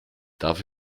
darf